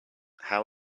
how